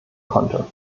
konnte